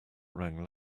rang